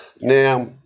Now